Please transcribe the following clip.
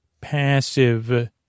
passive